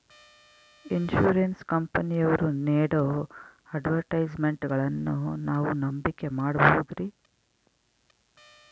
Insurance ಕಂಪನಿಯವರು ನೇಡೋ ಅಡ್ವರ್ಟೈಸ್ಮೆಂಟ್ಗಳನ್ನು ನಾವು ನಂಬಿಕೆ ಮಾಡಬಹುದ್ರಿ?